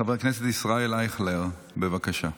חבר הכנסת ישראל אייכלר, בבקשה.